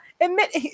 admit